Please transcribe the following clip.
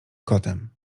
kotem